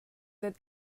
that